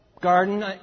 Garden